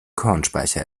kornspeicher